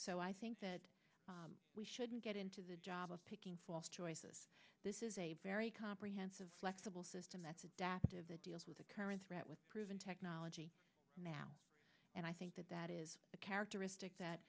so i think we shouldn't get into the job of picking false choices this is a very comprehensive flexible system that's adaptive it deals with the current threat with proven technology now and i think that that is a characteristic that